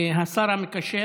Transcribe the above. השר המקשר